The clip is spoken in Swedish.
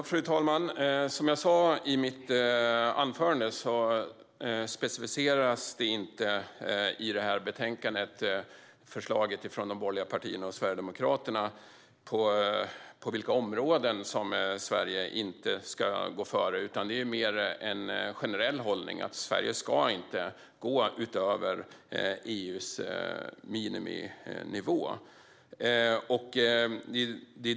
Fru talman! Som jag sa i mitt anförande specificeras inte i betänkandet på vilka områden som förslaget från de borgerliga partierna och Sverigedemokraterna avser att Sverige inte ska gå före. Det är mer fråga om en generell hållning att Sverige inte ska gå över EU:s miniminivå.